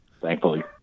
thankfully